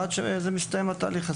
עד שהתהליך מסתיים.